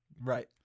Right